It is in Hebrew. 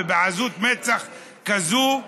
בעזות מצח כזאת,